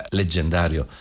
leggendario